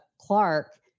Clark